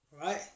right